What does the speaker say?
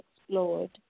explored